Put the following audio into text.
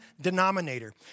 denominator